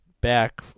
back